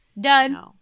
Done